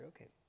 okay